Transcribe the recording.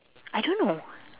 I don't know